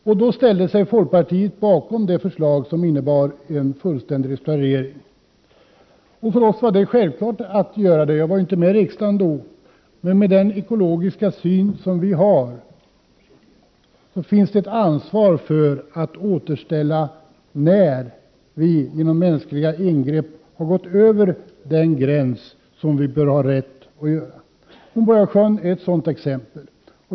Folkpartiet ställde sig då bakom det förslag som innebar en fullständig restaurering. Det var självklart att vi — jag var inte i riksdagen då — skulle göra det, därför att med den ideologiska syn som vi har känner vi ett ansvar för att återställa, när människan genom sina ingrepp har gått över gränsen. Hornborgasjön är ett sådant exempel.